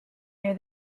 near